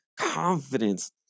confidence